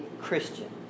Christian